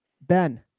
Ben